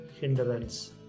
hindrance